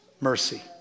mercy